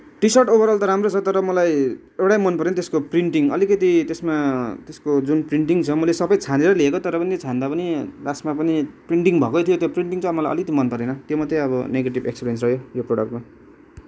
T shirt overall त राम्रै छ तर मलाई एउटै मनपरेन त्यसको प्रिन्टिङ अलिकति त्यसमा त्यसको जुन प्रिन्टिङ छ मैले सबै छानेरै लिएको तर पनि छान्दा पनि लास्टमा पनि प्रिन्टिङ भएकै थियो त्यो प्रिन्टिङ चाहिँ मलाई चाहिँ अलिकति मनपरेन त्यो मात्रै अब निगेटिभ एक्सपेरियन्स रह्यो यो प्रडक्टको